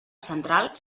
central